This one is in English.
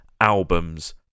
albums